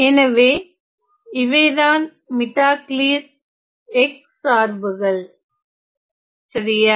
எனவே இவைதான் மிட்டாக் லீர் x சார்புகள் சரியா